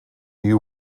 you